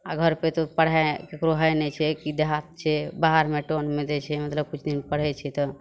आ घरपे तऽ पढ़ाइ केकरो होइ नहि छै कि देहात छै बाहरमे टाउनमे दै छै मतलब किछु दिन पढ़ै छै तऽ